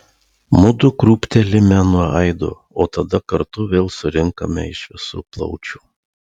mudu krūptelime nuo aido o tada kartu vėl surinkame iš visų plaučių